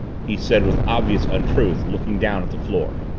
he said with obvious untruth, looking down at the floor.